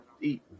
eat